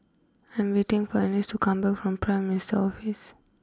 I'm waiting for Anice to come back from Prime Minister Office